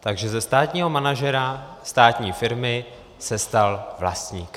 Takže ze státního manažera státní firmy se stal vlastník.